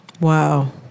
Wow